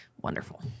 wonderful